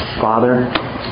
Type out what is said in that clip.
Father